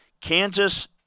Kansas